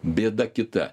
bėda kita